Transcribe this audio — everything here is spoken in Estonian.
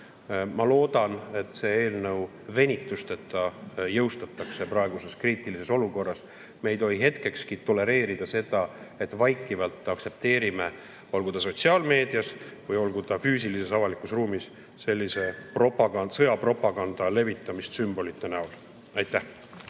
Ma loodan, et see eelnõu venitusteta jõustatakse praeguses kriitilises olukorras. Me ei tohi hetkekski tolereerida seda, et vaikivalt aktsepteerime, olgu see sotsiaalmeedias või olgu see füüsilises avalikus ruumis, sellise sõjapropaganda levitamist sümbolite kujul. Aitäh!